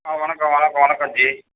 ஆ வணக்கம் வணக்கம் வணக்கம் ஜி